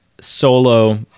Solo